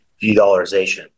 de-dollarization